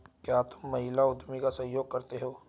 क्या तुम महिला उद्यमी का सहयोग करते हो?